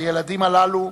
הילדים הללו,